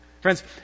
Friends